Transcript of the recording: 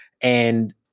And-